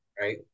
Right